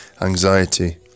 anxiety